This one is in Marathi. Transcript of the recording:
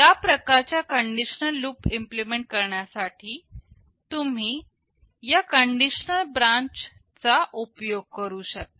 या प्रकारचा कंडिशनल लूप इम्प्लिमेंट करण्यासाठी तुम्ही या कंडिशनल ब्रांच इन्स्ट्रक्शन चा उपयोग करू शकता